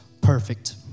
perfect